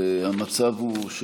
המצב הוא,